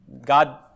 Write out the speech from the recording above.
God